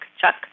Chuck